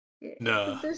No